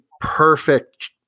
perfect